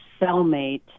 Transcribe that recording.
cellmate